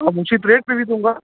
और उचित रेट में भी दूँगा